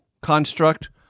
construct